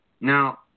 Now